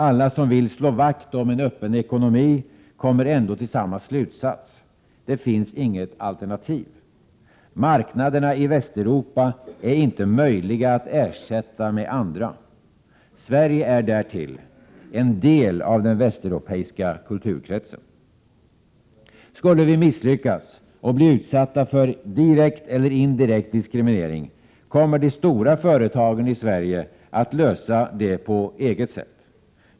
Alla som vill slå vakt om en öppen ekonomi kommer ändå till samma slutsats: det finns inget alternativ. Marknaderna i Västeuropa är inte möjliga att ersätta med andra. Sverige är därtill en del av den västeuropeiska kulturkretsen. Skulle vi misslyckas och bli utsatta för direkt eller indirekt diskriminering, kommer de stora företagen i Sverige att lösa det på sitt eget sätt.